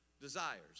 desires